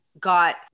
got